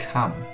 Come